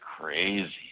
crazy